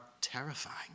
terrifying